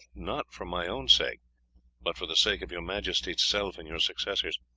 not for my own sake but for the sake of your majesty's self and your successors,